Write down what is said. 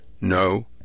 no